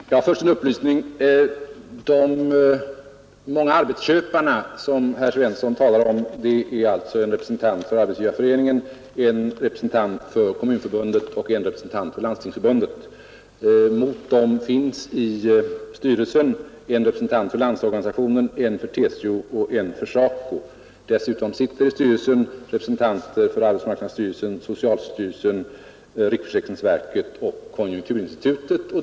Herr talman! Först en upplysning. De många arbetsköparna, som herr Svensson i Malmö talar om, är följande: en representant för Arbetsgivareföreningen, en för Kommunförbundet och en för Landstingsförbundet. Vid sidan av dem finns i styrelsen en representant för Landsorganistionen, en för TCO och en för SACO. Dessutom sitter i styrelsen representanter för arbetsmarknadsstyrelsen, socialstyrelsen, riksförsäkringsverket och konjunkturinstitutet.